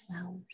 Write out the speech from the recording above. flowers